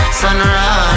sunrise